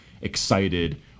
excited